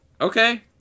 okay